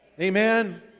Amen